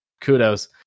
Kudos